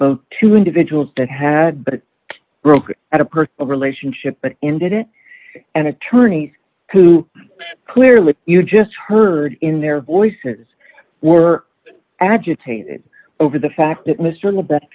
both two individuals that have been broken at a personal relationship but ended it and attorneys who clearly you just heard in their voices were agitated over the fact that